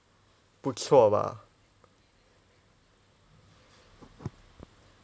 不错啦